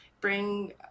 bring